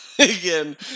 again